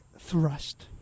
Thrust